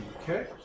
Okay